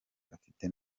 afite